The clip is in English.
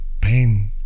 pain